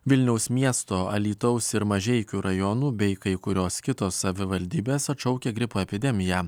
vilniaus miesto alytaus ir mažeikių rajonų bei kai kurios kitos savivaldybės atšaukia gripo epidemiją